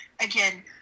Again